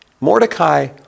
Mordecai